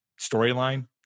storyline